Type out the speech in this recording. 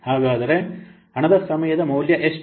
ಹಾಗಾದರೆ ಹಣದ ಸಮಯದ ಮೌಲ್ಯ ಎಷ್ಟು